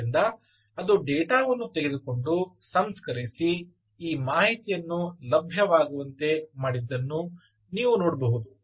ಆದ್ದರಿಂದ ಅದು ಡೇಟಾ ವನ್ನು ತೆಗೆದುಕೊಂಡು ಸಂಸ್ಕರಿಸಿ ಈ ಮಾಹಿತಿಯನ್ನು ಲಭ್ಯವಾಗುವಂತೆ ಮಾಡಿದ್ದನ್ನು ನೀವು ನೋಡಬಹುದು